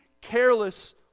careless